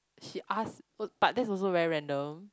she ask oh but that's also very random